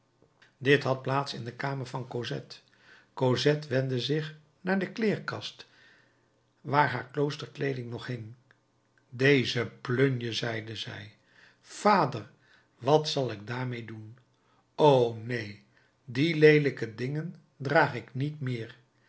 dit had plaats in de kamer van cosette cosette wendde zich naar de kleerkast waar haar kloosterkleeding nog hing deze plunje zeide zij vader wat zal ik daarmeê doen o neen die leelijke dingen draag ik niet meer